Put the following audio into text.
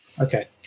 Okay